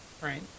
right